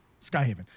Skyhaven